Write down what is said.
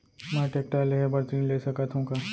मैं टेकटर लेहे बर ऋण ले सकत हो का?